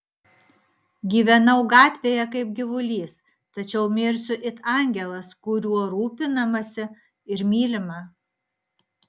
gyvenau gatvėje kaip gyvulys tačiau mirsiu it angelas kuriuo rūpinamasi ir mylima